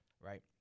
right